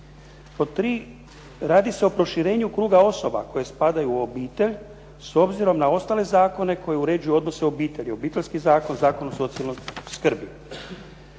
Pod tri radi se o proširenju kruga osoba koje spadaju u obitelj s obzirom na ostale zakone koji uređuju odnose u obitelji, Obiteljski zakon, Zakon o socijalnoj skrbi.